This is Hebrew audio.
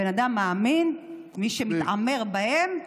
כבן אדם מאמין, מי שמתעמר בהם,